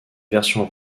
version